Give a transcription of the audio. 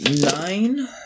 nine